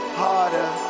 harder